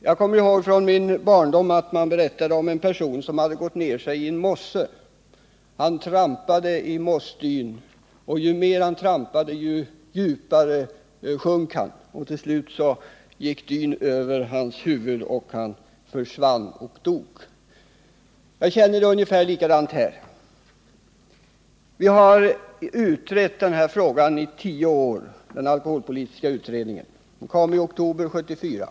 Jag kommer ihåg från min barndom att man berättade om en person som hade gått ner sig i en mosse. Han trampade i mossdyn, och ju mer han trampade, desto djupare sjönk han. Till slut gick dyn över hans huvud, och han försvann i den och dog. Jag känner det ungefär likadant när det gäller den här frågan. Vi har utrett den i tio år, och den alkoholpolitiska utredningen har arbetat med den sedan oktober 1974.